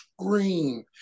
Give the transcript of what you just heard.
scream